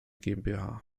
gmbh